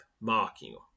marking